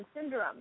Syndrome